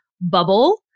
bubble